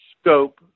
scope